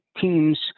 teams